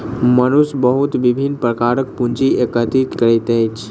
मनुष्य बहुत विभिन्न प्रकारक पूंजी एकत्रित करैत अछि